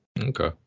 Okay